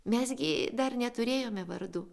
mes gi dar neturėjome vardų